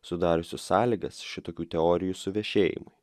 sudariusius sąlygas šitokių teorijų suvešėjimui